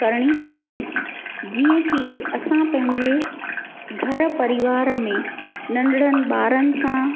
करिणी पवंदी जीअं की असां पंहिंजे घर परिवार में नंढणनि ॿारनि सां